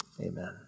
Amen